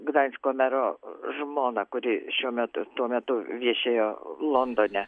gdansko mero žmoną kuri šiuo met tuo metu viešėjo londone